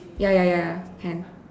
ya ya ya ya can